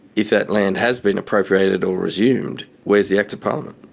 if that land has been appropriated or resumed, where's the act of parliament?